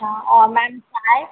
हाँ और मैम चाय